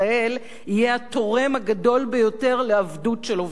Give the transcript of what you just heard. יהיה התורם הגדול ביותר לעבדות של עובדי קבלן.